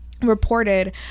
reported